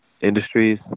industries